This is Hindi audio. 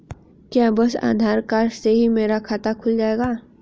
क्या बस आधार कार्ड से ही मेरा खाता खुल जाएगा?